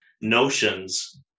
notions